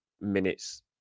minutes